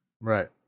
right